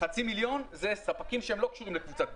חצי מיליון אלה ספקים שלא קשורים לקבוצת בזק.